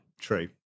true